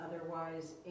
otherwise